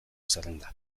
zerrenda